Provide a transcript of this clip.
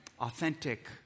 authentic